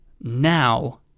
now